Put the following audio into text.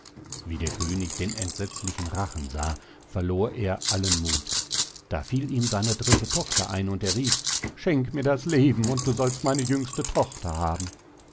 wie der könig den entsetzlichen rachen sah verlor er allen muth da fiel ihm seine dritte tochter ein und er rief schenk mir das leben und du sollst meine jüngste tochter haben